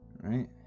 right